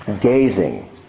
gazing